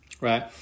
right